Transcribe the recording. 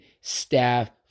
staff